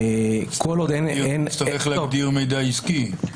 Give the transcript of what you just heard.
צריך להגדיר מידע עסקי.